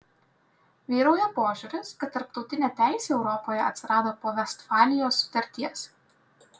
vyrauja požiūris kad tarptautinė teisė europoje atsirado po vestfalijos sutarties